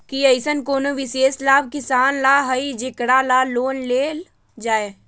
कि अईसन कोनो विशेष लाभ किसान ला हई जेकरा ला लोन लेल जाए?